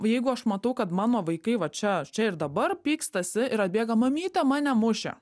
jeigu aš matau kad mano vaikai va čia čia ir dabar pykstasi ir atbėga mamyte mane mušė